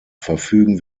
verfügen